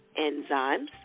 enzymes